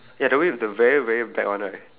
ya the one with the very very back one right